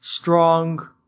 strong